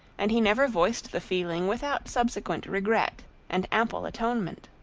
and he never voiced the feeling without subsequent regret and ample atonement.